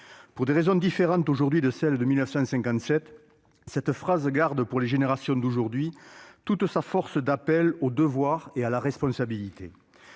Pour des raisons différentes de celles de 1957, cette phrase garde, pour les générations d'aujourd'hui, toute sa force d'appel au devoir et à la responsabilité.